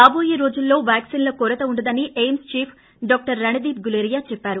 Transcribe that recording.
రాటోయే రోజుల్లో వ్యాక్పిన్ల కొరత ఉండదని AIIMS chief doctor Randeep Guleria చెప్పారు